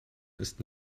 ist